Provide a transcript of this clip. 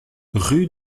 rue